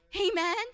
Amen